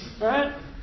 Right